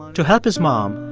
to help his mom,